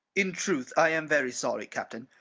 in truth i am very sorry, captain.